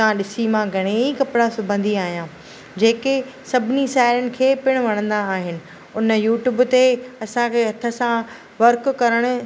उतां ॾिसी मां घणाई कपिड़ा सिबंदी आहियां जेके सभिनी साहेड़िनि खे पिणु वणंदा आहिनि उन यूट्यूब ते असांखे हथ सां वर्क करणु